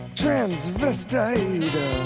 transvestite